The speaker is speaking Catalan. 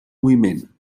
moviment